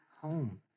home